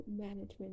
management